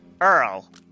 Earl